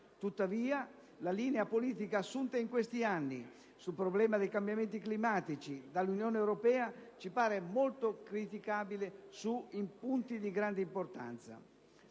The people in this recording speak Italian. Tuttavia, la linea politica assunta in questi anni sul problema dei cambiamenti climatici dall'Unione europea ci pare molto criticabile su punti di grande importanza.